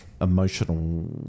emotional